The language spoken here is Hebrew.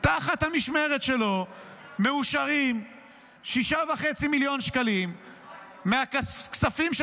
תחת המשמרת שלו מאושרים 6.5 מיליון שקלים מהכספים של